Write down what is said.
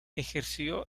ejerció